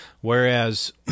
whereas